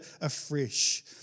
afresh